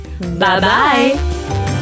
Bye-bye